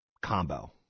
combo